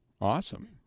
Awesome